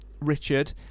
Richard